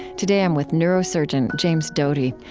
today, i'm with neurosurgeon james doty,